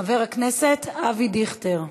חבר הכנסת אבי דיכטר,